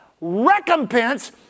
recompense